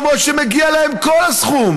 למרות שמגיע להן כל הסכום.